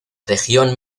región